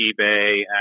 eBay